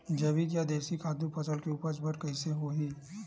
जैविक या देशी खातु फसल के उपज बर कइसे होहय?